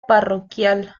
parroquial